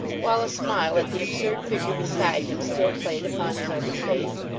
while a smile at the absurd figure beside him still played upon his open face,